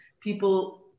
people